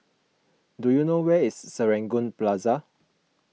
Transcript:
do you know where is Serangoon Plaza